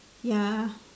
ya